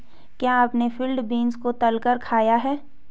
क्या आपने field beans को तलकर खाया है?